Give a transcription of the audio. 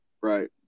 right